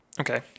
Okay